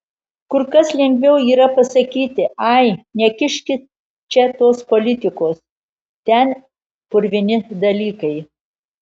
kur kas lengviau yra pasakyti ai nekiškit čia tos politikos ten purvini dalykai